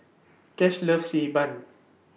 Cash loves Xi Ban